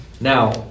Now